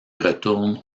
retourne